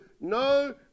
No